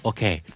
Okay